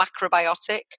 macrobiotic